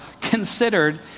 considered